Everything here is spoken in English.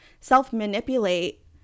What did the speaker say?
self-manipulate